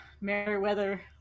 Meriwether